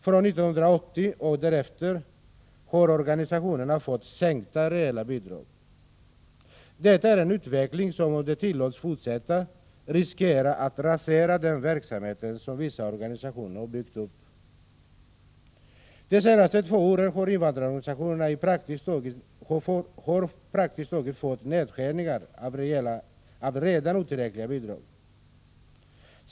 Sedan 1980 har organisationerna fått en real sänkning av sina bidrag. Detta är en utveckling som, om den tillåts fortsätta, riskerar att rasera den verksamhet som vissa organisationer byggt upp. De senaste två åren har invandrarorganisationerna i praktiken fått nedskärningar av redan otillräckliga bidrag.